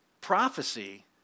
prophecy